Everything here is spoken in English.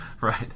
right